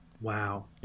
Wow